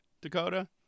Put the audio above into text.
dakota